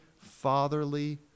fatherly